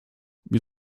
wir